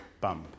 bump